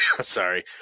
sorry